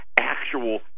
actual